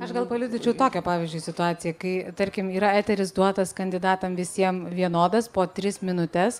aš gal paliudyčiau tokią pavyzdžiui situaciją kai tarkim yra eteris duotas kandidatams visiem vienodas po tris minutes